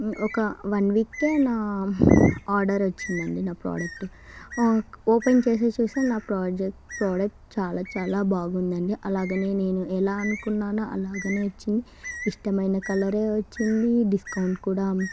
ఒక వన్ వీక్కే నా ఆర్డర్ వచ్చిందండి నా ప్రోడక్ట్ ఓపెన్ చేసే చూసే నా ప్రజెక్ట్ ప్రోడక్ట్ చాలా చాలా బాగుందండి అలాగనే నేను ఎలా అనుకున్నాను అలాగే వచ్చింది ఇష్టమైన కలరే వచ్చింది డిస్కౌంట్ కూడా